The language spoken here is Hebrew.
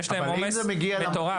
יש להם עומס מטורף.